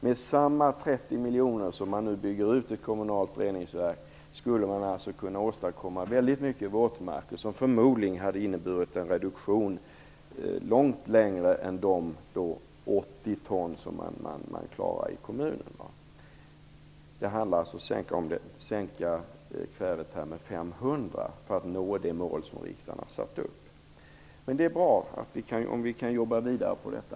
Med samma 30 miljoner som man nu bygger ut ett kommunalt reningsverk för skulle man alltså ha kunnat åstadkomma väldigt mycket våtmarker, som förmodligen hade inneburit en långt större reduktion än de 80 ton som man klarar i kommunen. Det handlar om att sänka kväveutsläppen med 500 ton för att nå det mål som riksdagen har satt upp. Det är bra om vi kan jobba vidare på detta.